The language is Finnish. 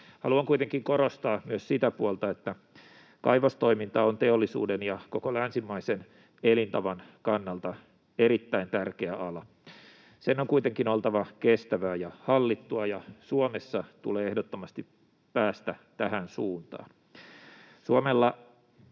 Haluan kuitenkin korostaa myös sitä puolta, että kaivostoiminta on teollisuuden ja koko länsimaisen elintavan kannalta erittäin tärkeä ala. Sen on kuitenkin oltava kestävää ja hallittua, ja Suomessa tulee ehdottomasti päästä tähän suuntaan.